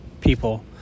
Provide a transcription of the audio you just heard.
people